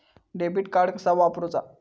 Debit card कसा वापरुचा?